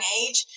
age